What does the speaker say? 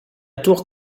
tour